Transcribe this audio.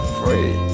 free